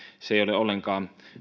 ole ollenkaan